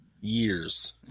years